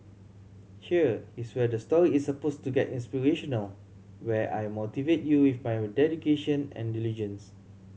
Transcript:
here is where the story is suppose to get inspirational where I motivate you with my dedication and diligence